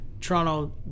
Toronto